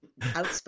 outspoken